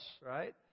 right